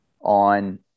on